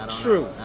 True